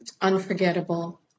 Unforgettable